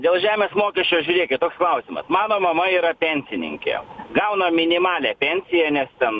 dėl žemės mokesčio žiūrėkit toks klausimas mano mama yra pensininkė gauna minimalią pensiją nes ten